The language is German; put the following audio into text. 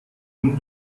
nun